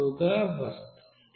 012 గా వస్తోంది